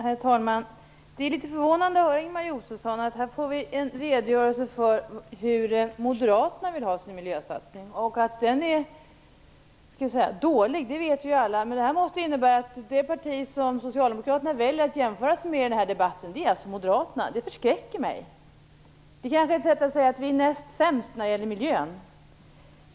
Herr talman! Det är litet förvånande att höra Ingemar Josefsson. Här fick vi en redogörelse för Moderaternas miljösatsning. Att den är dålig vet vi ju alla. Men detta måste ju innebära att det parti som Socialdemokraterna väljer att jämföra sig med i den här debatten är Moderaterna. Det förskräcker mig; det kanske är ett sätt att säga: Vi är näst sämst när det gäller miljön.